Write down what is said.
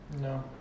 No